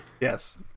yes